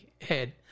head